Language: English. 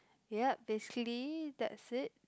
ya basically that's it